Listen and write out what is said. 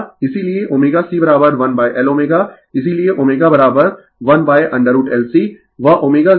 इसीलिये ωC 1Lω इसीलिये ω 1√LC वह ω0 पूर्व की ही भांति सीरीज सर्किट की तरह है